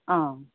অঁ